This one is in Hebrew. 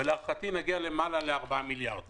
ולהערכתי נגיע ליותר מ-4 מיליארד שקל.